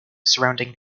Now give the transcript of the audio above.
surrounding